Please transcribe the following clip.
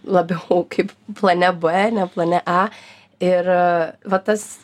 labiau kaip plane b ne plane a ir va tas